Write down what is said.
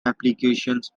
applications